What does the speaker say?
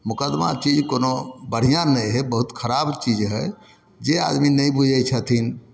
मोकदमा चीज कोनो बढ़िआँ नहि हइ बहुत खराब चीज हइ जे आदमी नहि बुझै छथिन